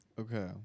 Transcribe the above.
Okay